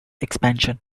expansion